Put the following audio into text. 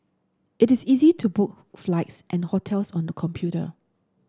it is easy to book flights and hotels on the computer